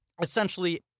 essentially